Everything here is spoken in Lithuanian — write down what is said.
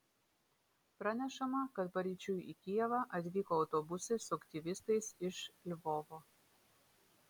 pranešama kad paryčiui į kijevą atvyko autobusai su aktyvistais iš lvovo